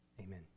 Amen